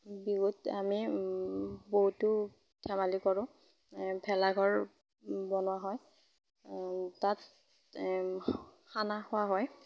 বিহুত আমি বহুতো ধেমালি কৰোঁ ভেলাঘৰ বনোৱা হয় তাত খানা খোৱা হয়